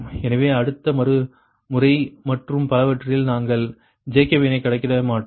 எனவே அடுத்த மறுமுறை மற்றும் பலவற்றில் நாங்கள் ஜேக்கபீனைக் கணக்கிட மாட்டோம்